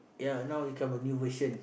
ya now you come a new version